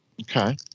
okay